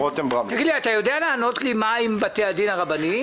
אתה יודע לענות לי מה עם הבינוי בבתי הדין הרבניים?